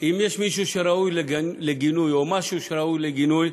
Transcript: אם יש מישהו שראוי לגינוי או משהו שראוי לגינוי,